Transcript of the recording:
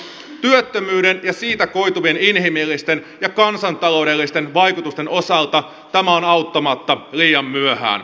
työttömyyden ja siitä koituvien inhimillisten ja kansantaloudellisten vaikutusten osalta tämä on auttamatta liian myöhään